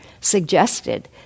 suggested